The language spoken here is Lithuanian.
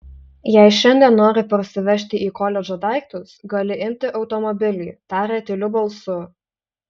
jei šiandien nori parsivežti į koledžą daiktus gali imti automobilį tarė tyliu balsu